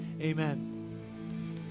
Amen